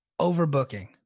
overbooking